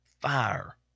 Fire